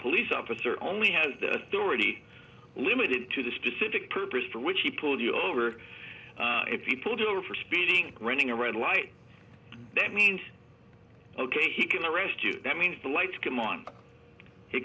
police officer only has the authority limited to the specific purpose for which he pulled you over if you pulled over for speeding running a red light that means ok he can arrest you that means the lights come on he